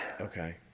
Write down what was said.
Okay